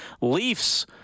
Leafs